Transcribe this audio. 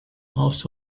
most